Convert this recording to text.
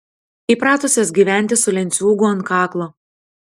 įpratusios gyventi su lenciūgu ant kaklo